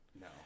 No